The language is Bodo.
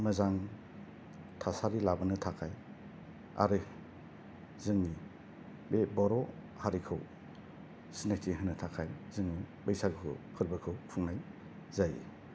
मोजां थासारि लाबोनो थाखाय आरो जोंनि बे बर' हारिखौ सिनायथि होनो थाखाय जों बैसागुखौ फोरबोखौ खुंनाय जायो